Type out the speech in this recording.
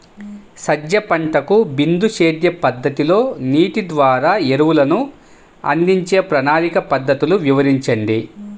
సజ్జ పంటకు బిందు సేద్య పద్ధతిలో నీటి ద్వారా ఎరువులను అందించే ప్రణాళిక పద్ధతులు వివరించండి?